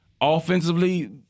Offensively